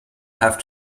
have